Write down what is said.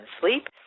sleep